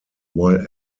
while